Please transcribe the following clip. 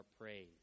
praise